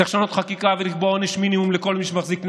צריך לשנות חקיקה ולקבוע עונש מינימום לכל מי שמחזיק נשק,